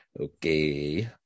Okay